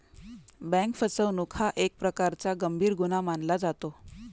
bank फसवणूक हा एक प्रकारचा गंभीर गुन्हा मानला जातो